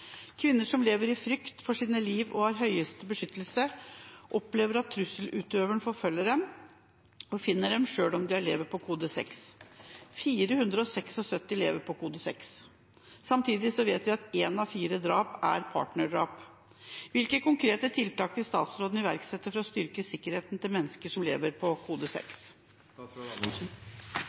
som lever i frykt for sine liv og har høyeste beskyttelse, opplever at trusselutøveren forfølger dem og finner dem selv om de lever på kode 6.» 476 lever på kode 6. Samtidig vet vi at én av fire drap er partnerdrap. Hvilke konkrete tiltak vil statsråden iverksette for å styrke sikkerheten til menneskene som lever på kode